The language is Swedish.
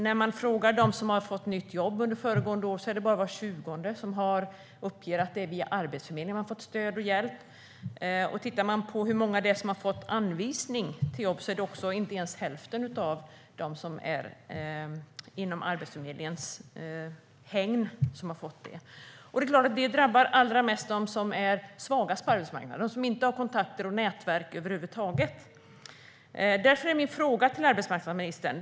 När man frågar dem som fått nytt jobb under föregående år är det bara var tjugonde som uppger att de har fått stöd och hjälp via Arbetsförmedlingen. Om man tittar på hur många som har fått anvisning till jobb ser man att inte ens hälften av dem som finns inom Arbetsförmedlingens hägn har fått det. Detta drabbar de svagaste på arbetsmarknaden allra mest - de som inte har kontakter eller nätverk över huvud taget. Jag har därför en fråga till arbetsmarknadsministern.